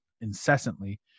incessantly